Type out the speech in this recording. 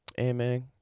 Amen